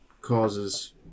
causes